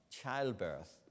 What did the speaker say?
childbirth